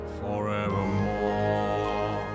forevermore